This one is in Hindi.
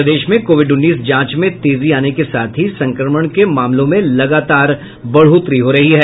प्रदेश में कोविड उन्नीस जांच में तेजी आने के साथ ही संक्रमण के मामलों में लगातार बढ़ोतरी हो रही है